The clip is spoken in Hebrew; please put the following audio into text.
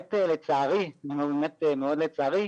באמת לצערי, מאוד לצערי,